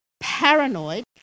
paranoid